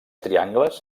triangles